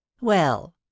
Well